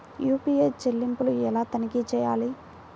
UPI చెల్లింపులు ఎలా తనిఖీ చేయాలి?